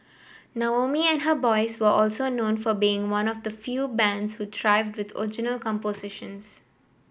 Naomi and her boys were also known for being one of the few bands who thrived with original compositions